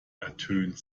ertönt